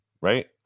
right